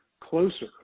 closer